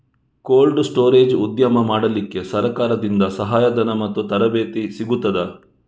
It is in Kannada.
ಕೋಲ್ಡ್ ಸ್ಟೋರೇಜ್ ಉದ್ಯಮ ಮಾಡಲಿಕ್ಕೆ ಸರಕಾರದಿಂದ ಸಹಾಯ ಧನ ಮತ್ತು ತರಬೇತಿ ಸಿಗುತ್ತದಾ?